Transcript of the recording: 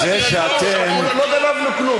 זה שאתם, לא גנבנו כלום.